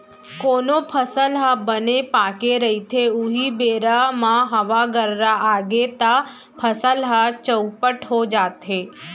कोनो फसल ह बने पाके रहिथे उहीं बेरा म हवा गर्रा आगे तव फसल ह चउपट हो जाथे